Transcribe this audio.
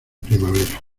primavera